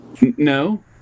No